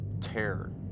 terror